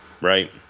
right